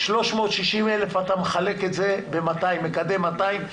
360,000 אתה מחלק את זה במקדם 200,